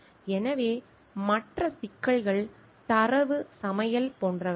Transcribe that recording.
எனவே மற்ற சிக்கல்கள் தரவு சமையல் போன்றவை